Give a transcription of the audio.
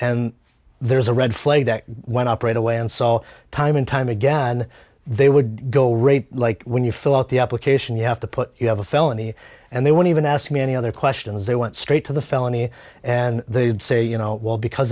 and there's a red flag that when operate a way and so time and time again they would go rape like when you fill out the application you have to put you have a felony and they want even ask me any other questions they went straight to the felony and they'd say you know well because